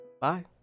Bye